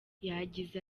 yagize